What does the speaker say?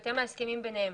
בהתאם להסכמים ביניהם.